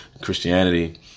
Christianity